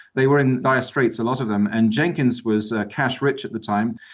they were in dire straits, a lot of them. and jenkins was cash rich at the time.